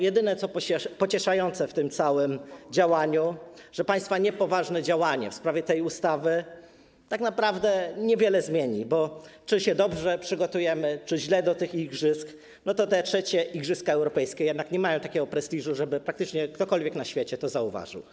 Jedyne, co jest pocieszające w tym całym działaniu, to to, że państwa niepoważne działanie w sprawie tej ustawy tak naprawdę niewiele zmieni, bo czy się dobrze przygotujemy do tych igrzysk, czy źle, to te III Igrzyska Europejskie jednak nie mają takiego prestiżu, żeby praktycznie ktokolwiek na świecie to zauważył.